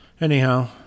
anyhow